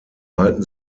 halten